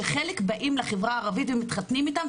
שחלק באים לחברה הערבית ומתחתנים איתן,